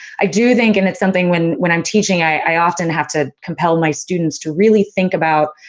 i do think, and it's something when when i'm teaching, i often have to compel my students to really think about,